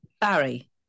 Barry